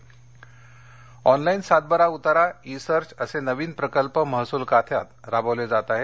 Thorat online सातबारा उतारा e सर्घ असे नवीन प्रकल्प महसूल खात्यात राबविले आहेत